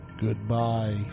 goodbye